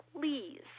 please